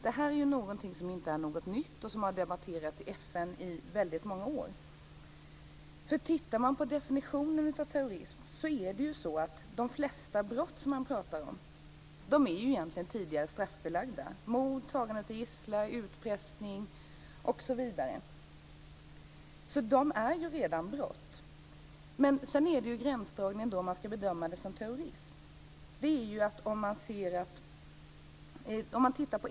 Det här är inte någonting som är nytt, utan det har diskuterats i FN i väldigt många år. Sett till definitionen av terrorism är de flesta brott som det talas om egentligen tidigare straffbelagda - mord, tagande av gisslan, utpressning osv. Det här är alltså redan brott. Men sedan har vi gränsdragningen när det gäller om man ska bedöma det som terrorism.